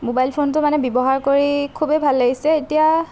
mobile ফোনটো মানে ব্যৱহাৰ কৰি খুবেই ভাল লাগিছে এতিয়া